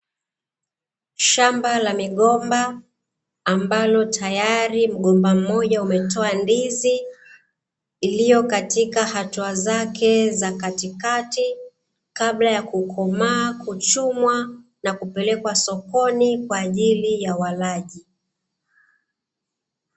Shamba la migomba ambalo tayari mgomba mmoja umetoa ndizi, iliyo katika hatua zake za katikati kabla ya kukoma, kuchumwa kupelekwa sokoni kwa walaji.